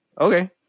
okay